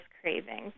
cravings